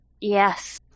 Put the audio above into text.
Yes